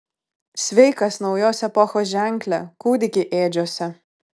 sveikas naujos epochos ženkle kūdiki ėdžiose